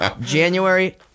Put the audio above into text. January